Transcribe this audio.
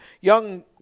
young